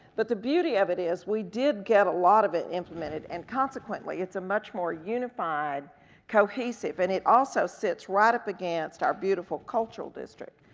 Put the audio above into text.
but the beauty of it is we did get a lot of it implemented, and consequently, it's a much more unified cohesive, and it also sits right up against our beautiful cultural district,